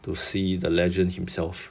to see the legend himself